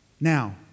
Now